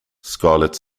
scarlet